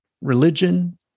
religion